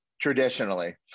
traditionally